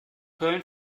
köln